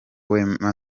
wema